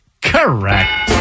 Correct